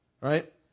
Right